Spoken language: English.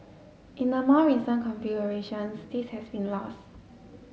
in the more recent configurations this has been lost